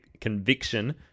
Conviction